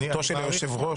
זכותו של היושב-ראש.